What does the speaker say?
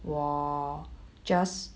我 just